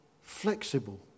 Flexible